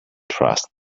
trust